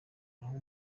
naho